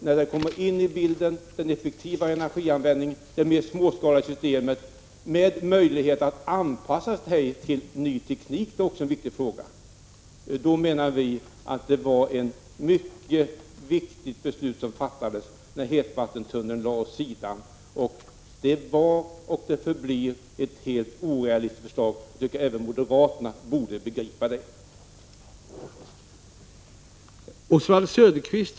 När tankar på effektivare energianvändning och ett mer småskaligt system — som också ger möjligheter till anpassning till ny teknik, vilket också är en viktig fråga — kom in fattades det som vi ser det mycket viktiga beslutet att lägga hetvattenstunnelsprojektet åt sidan. Det var och förblir ett orealistiskt förslag — även moderaterna borde begripa det.